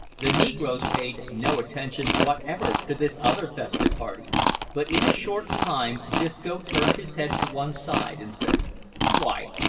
the negroes paid no attention whatever to this other festive party but in a short time disco turned his head to one side, and said wy,